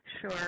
Sure